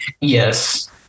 yes